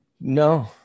No